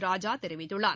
ராஜா தெரிவித்துள்ளார்